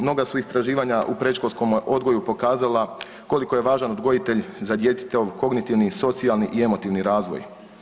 Mnoga su istraživanja u predškolskom odgoju pokazala koliko je važan odgojitelj za djetetov kognitivni, socijalni i emotivni razvoj.